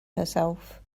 herself